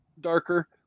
darker